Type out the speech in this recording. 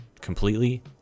completely